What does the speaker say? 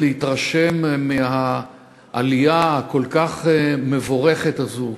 להתרשם מהעלייה הכל-כך מבורכת הזאת,